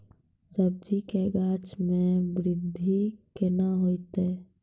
सब्जी के गाछ मे बृद्धि कैना होतै?